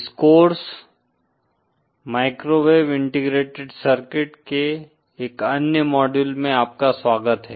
इस course microwave integrated circuit Microwave Integrated Circuit' के एक अन्य मॉड्यूल में आपका स्वागत है